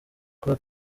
kuwa